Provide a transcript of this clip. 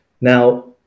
now